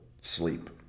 sleep